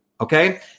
okay